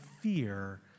fear